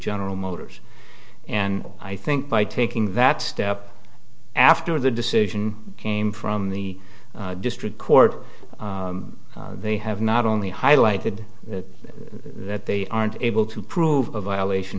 general motors and i think by taking that step after the decision came from the district court they have not only highlighted that they aren't able to prove a violation